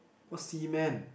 what seaman